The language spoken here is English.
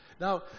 Now